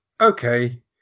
okay